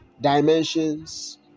dimensions